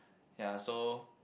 ya so